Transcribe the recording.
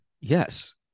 Yes